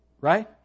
Right